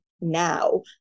now